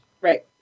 Right